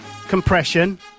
compression